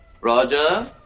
Roger